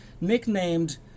nicknamed